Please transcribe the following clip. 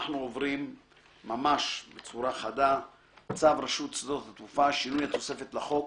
אנחנו עוברים בצורה חדה - צו רשות שדות התעופה (שינוי התוספת לחוק),